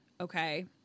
okay